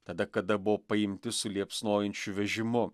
tada kada buvo paimti su liepsnojančiu vežimu